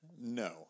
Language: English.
no